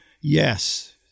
Yes